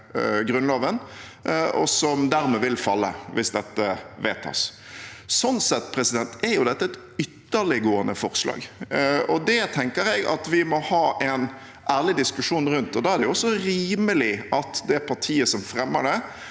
og som dermed vil falle, hvis dette vedtas. Sånn sett er jo dette et ytterliggående forslag. Det tenker jeg vi må ha en ærlig diskusjon rundt. Da er det også rimelig at det partiet som fremmer det,